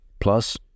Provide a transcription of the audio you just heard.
Plus